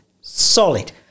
solid